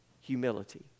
humility